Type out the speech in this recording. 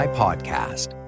podcast